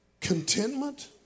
contentment